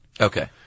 Okay